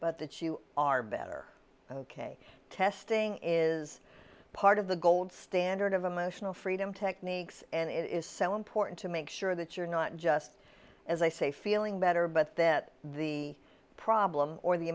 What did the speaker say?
but that you are better ok testing is part of the gold standard of emotional freedom techniques and it is so important to make sure that you're not just as i say feeling better but that the problem or the